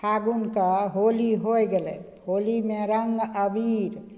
फागुनके होली होइ गेलय होलीमे रङ्ग अबीर